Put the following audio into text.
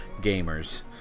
gamers